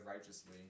righteously